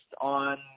on